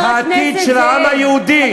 מבחינת העתיד של העם היהודי.